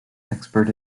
expert